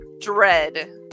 Dread